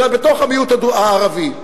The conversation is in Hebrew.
בתוך המיעוט הערבי.